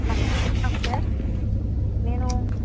నమస్తే డాక్టర్ నేనూ